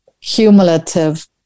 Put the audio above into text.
cumulative